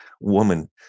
woman